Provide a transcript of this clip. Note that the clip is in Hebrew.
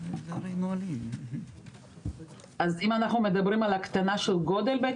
אם אנחנו מדברים על הקטנה של גודל בית